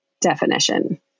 definition